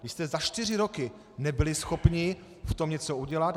Vy jste za čtyři roky nebyli schopni v tom něco udělat.